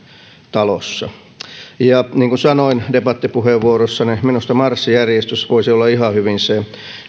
talossa niin kuin sanoin debattipuheenvuorossani minusta marssijärjestys voisi olla ihan hyvin se